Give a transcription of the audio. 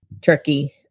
turkey